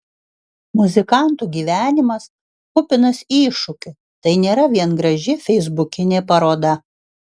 muzikantų gyvenimas kupinas iššūkių tai nėra vien graži feisbukinė paroda